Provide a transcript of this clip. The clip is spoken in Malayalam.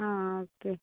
ആ ഓക്കെ